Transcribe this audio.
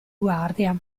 guardia